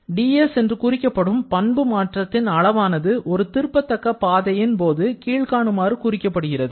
dS என்று குறிக்கப்படும் பண்பு மாற்றத்தின் அளவானது ஒரு திருப்பத்தக்க பாதையின் போது கீழ்காணுமாறு குறிக்கப்படுகிறது